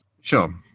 Sure